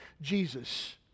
Jesus